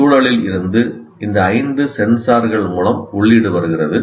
சூழலில் இருந்து இந்த ஐந்து சென்சார்கள் மூலம் உள்ளீடு வருகிறது